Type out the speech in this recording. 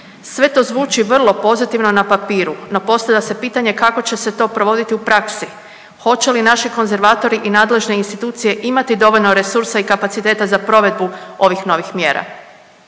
Sve to zvuči vrlo pozitivno na papiru, no postavlja se pitanje kako će se to provoditi u praksi. Hoće li naši konzervatori i nadležne institucije imati dovoljno resursa i kapaciteta za provedbu ovih novih mjera?